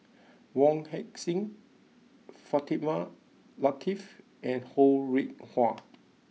Wong Heck Sing Fatimah Lateef and Ho Rih Hwa